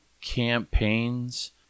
campaigns